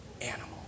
animal